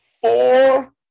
four